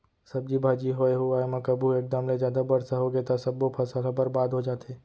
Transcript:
सब्जी भाजी होए हुवाए म कभू एकदम ले जादा बरसा होगे त सब्बो फसल ह बरबाद हो जाथे